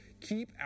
keep